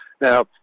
Now